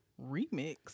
remix